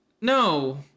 No